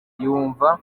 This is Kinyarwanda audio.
yumva